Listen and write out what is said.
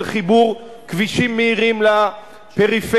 של חיבור כבישים מהירים לפריפריה,